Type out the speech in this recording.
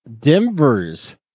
Denver's